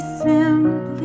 simply